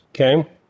Okay